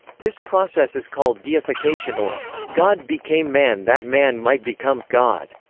this process is called deification or god became man that man might become god.